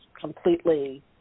completely